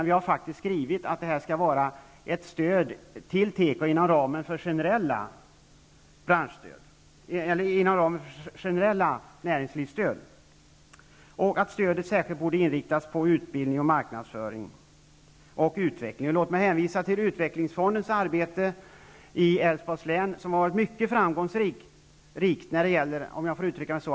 Vi har faktiskt skrivit att det skall vara ett stöd till teko inom ramen för det generella näringslivsstödet och att stödet särskilt borde inriktas på utbildning, marknadsföring och utveckling. Låt mig hänvisa till det arbete som gjorts av utvecklingsfonden i Älvsborgs län som varit mycket framgångsrikt när det gäller att restaurera tekoföretag, om jag får uttrycka mig så.